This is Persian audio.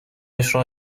عشق